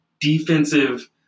defensive